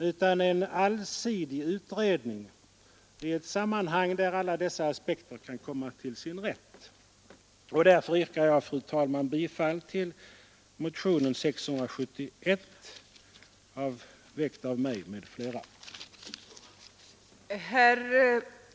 Utredningen bör vara allsidig och ske i ett En utredning ansammanhang där alla dessa aspekter kan komma till sin rätt. Därför yrkar gående dödsbejag, fru talman, bifall till motionen 671, som väckts av mig m.fl. greppet